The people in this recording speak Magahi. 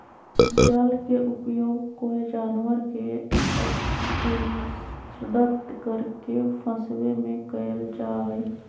जल के उपयोग कोय जानवर के अक्स्र्दित करके फंसवे में कयल जा हइ